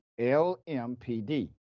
LMPD